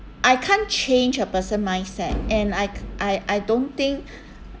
I can't change a person mindset and I k~ I I don't think